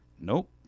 Nope